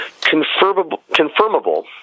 confirmable